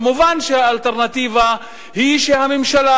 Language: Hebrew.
מובן שהאלטרנטיבה היא שהממשלה,